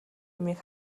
юмыг